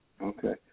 Okay